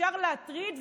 אפשר להטריד,